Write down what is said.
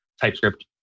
TypeScript